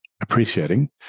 appreciating